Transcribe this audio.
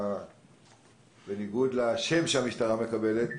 בניגוד לשם שהמשטרה מקבלת,